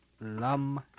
Lum